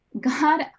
God